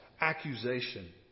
Accusation